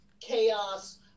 chaos